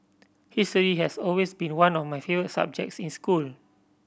history has always been one of my favourite subjects in school